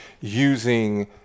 using